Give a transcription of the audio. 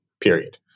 period